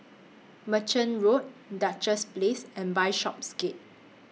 Merchant Road Duchess Place and Bishopsgate